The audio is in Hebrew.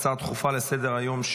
הצעה דחופה לסדר-היום,